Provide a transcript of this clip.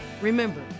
Remember